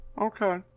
Okay